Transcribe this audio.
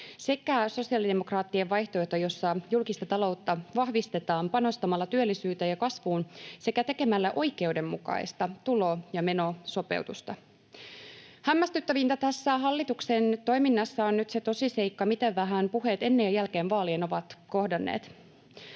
sekä sosiaalidemokraattien vaihtoehto, jossa julkista taloutta vahvistetaan panostamalla työllisyyteen ja kasvuun sekä tekemällä oikeudenmukaista tulo- ja menosopeutusta. Hämmästyttävintä tässä hallituksen toiminnassa on nyt se tosiseikka, miten vähän puheet ennen ja jälkeen vaalien ovat kohdanneet.